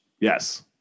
Yes